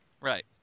Right